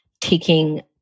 taking